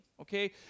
Okay